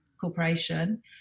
corporation